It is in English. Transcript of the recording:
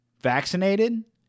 vaccinated